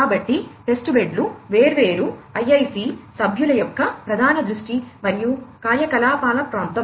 కాబట్టి టెస్ట్బెడ్లు వేర్వేరు IIC సభ్యుల యొక్క ప్రధాన దృష్టి మరియు కార్యకలాపాల ప్రాంతం